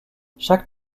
chaque